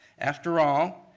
after all,